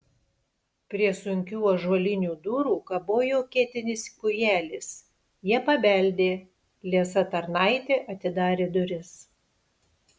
prie sunkių ąžuolinių durų kabojo ketinis kūjelis jie pabeldė liesa tarnaitė atidarė duris